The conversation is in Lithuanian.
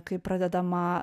kai pradedama